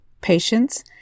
patience